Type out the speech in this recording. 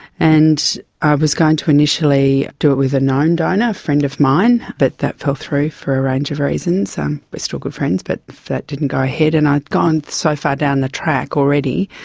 and i was going to initially do it with a known donor, a friend of mine, but that fell through for a range of reasons. um we are still good friends, but that didn't go ahead. and i had gone so far down the track already,